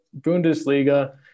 Bundesliga